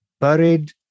buried